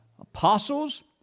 apostles